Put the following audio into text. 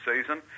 season